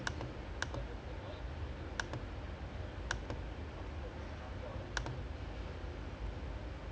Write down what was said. it was annoying to go to school and actually like you know what I mean like after after all that motion of thing right there's just weird lah